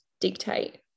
dictate